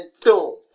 boom